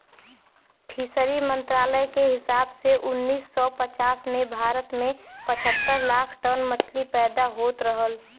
fishery मंत्रालय के हिसाब से उन्नीस सौ पचास में भारत में पचहत्तर लाख टन मछली पैदा होत रहल